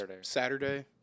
Saturday